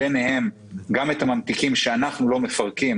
וגם את הממתיקים שאנחנו לא מפרקים